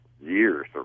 years